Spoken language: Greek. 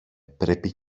πρέπει